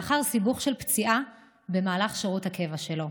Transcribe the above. לאחר סיבוך של פציעה במהלך שירות הקבע שלו.